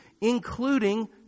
including